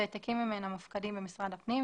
שהעתקים ממנה מופקדים במשרד הפנים,